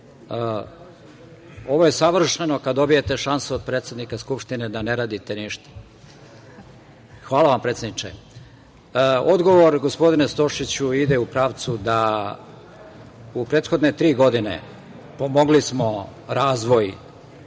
Ovo je savršeno kada dobijete šansu od predsednika Skupštine da ne radite ništa. Hvala vam, predsedniče. Odgovor, gospodine Stošiću, ide u pravcu da u prethodne tri godine pomogli smo razvoj